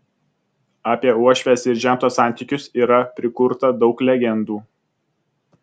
apie uošvės ir žento santykius yra prikurta daug legendų